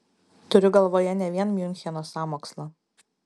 turiu galvoje ne vien miuncheno sąmokslą